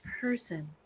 person